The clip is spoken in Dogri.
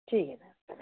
ठीक ऐ